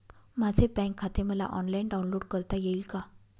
माझे बँक खाते मला ऑनलाईन डाउनलोड करता येईल का?